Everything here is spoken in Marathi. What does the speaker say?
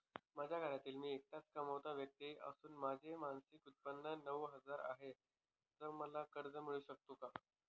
माझ्या घरातील मी एकटाच कमावती व्यक्ती असून माझे मासिक उत्त्पन्न नऊ हजार आहे, तर मला कर्ज मिळू शकते का?